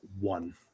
One